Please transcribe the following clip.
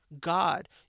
God